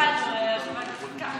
לא הבנו, חבר הכנסת קרעי.